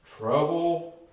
trouble